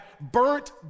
burnt